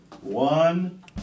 one